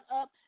up